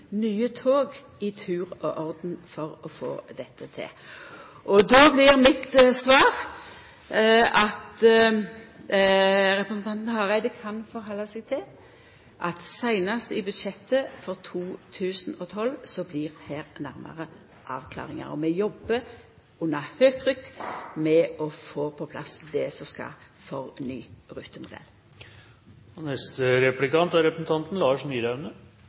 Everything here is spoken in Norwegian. nye tog i tur og orden for å få dette til. Og då blir mitt svar at representanten Hareide kan halda seg til at seinast i budsjettet for 2012 blir det nærare avklaringar. Vi jobbar under høgt trykk med å få på plass det som skal til for ny